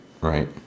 right